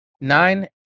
Nine